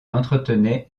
entretenait